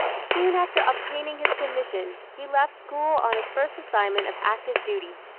soon after obtaining his commission, he left school on his first assignment of active duty.